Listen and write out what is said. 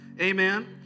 Amen